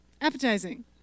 Appetizing